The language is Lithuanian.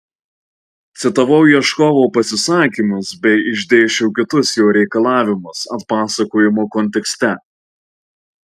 citavau ieškovo pasisakymus bei išdėsčiau kitus jo reikalavimus atpasakojimo kontekste